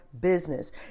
business